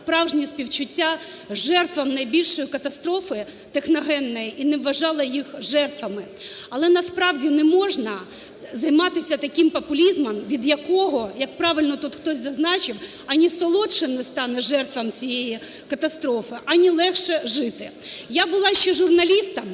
справжні співчуття жертвам найбільшої катастрофи техногенної і не вважала їх жертвами. Але насправді не можна займатися таким популізмом, від якого, як правильно тут хтось зазначив, ані солодше не стане жертвам цієї катастрофи, ані легше жити. Я була ще журналістом